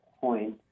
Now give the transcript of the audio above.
point